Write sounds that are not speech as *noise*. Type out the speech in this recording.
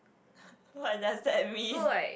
*laughs* what does that mean